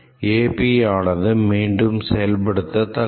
API ஆனது மீண்டும் செயல்படுத்தக் தக்கது